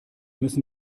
müssen